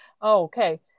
Okay